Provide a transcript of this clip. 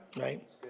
right